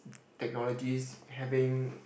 technologies having